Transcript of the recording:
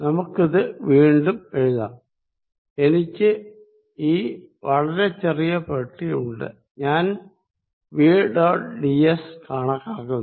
നമുക്കിത് വീണ്ടും എഴുതാം എനിക്ക് ഈ വളരെ ചെറിയ ബോക്സ് ഉണ്ട് ഞാൻ വി ഡോട്ട് ds കണക്കാക്കുന്നു